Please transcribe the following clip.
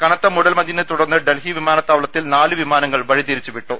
കനത്ത മൂടൽമഞ്ഞിനെ തുടർന്ന് ഡൽഹി വിമാനത്താവളത്തിൽ നാല് വിമാ നങ്ങൾ ്വഴിതിരിച്ചുവിട്ടു